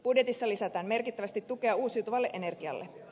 budjetissa lisätään merkittävästi tukea uusiutuvalle energialle